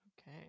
Okay